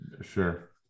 sure